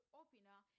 opener